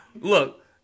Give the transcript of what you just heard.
Look